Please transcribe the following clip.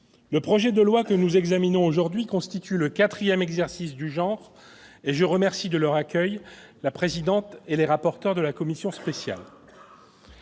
Le projet de loi que nous examinons aujourd'hui constitue le quatrième exercice du genre, et je remercie de leur accueil la présidente et les rapporteurs de la commission spéciale.